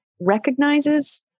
recognizes